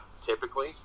typically